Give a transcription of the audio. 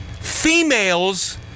Females